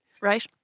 Right